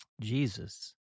Jesus